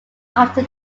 after